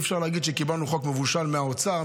אי-אפשר להגיד שקיבלנו חוק מבושל מהאוצר,